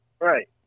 Right